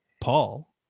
Paul